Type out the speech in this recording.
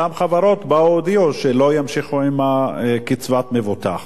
אותן חברות באו והודיעו שלא ימשיכו עם קצבת מבוטח.